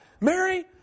Mary